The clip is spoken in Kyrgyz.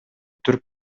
түрк